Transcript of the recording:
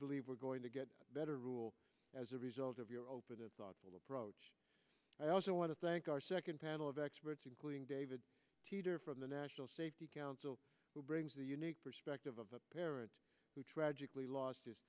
believe we're going to get a better rule as a result of your open and thoughtful approach i also want to thank our second panel of experts including david teeter from the national safety council who brings the unique perspective of a parent who tragically lost his